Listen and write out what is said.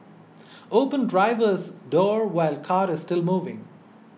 open driver's door while car is still moving